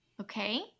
Okay